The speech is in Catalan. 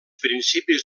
principis